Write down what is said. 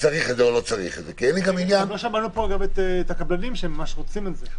צריך או לא צריך --- גם לא שמענו פה את הקבלנים שממש רוצים את זה.